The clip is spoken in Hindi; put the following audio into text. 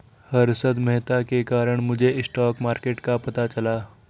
हर्षद मेहता के कारण मुझे स्टॉक मार्केट का पता चला